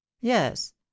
Yes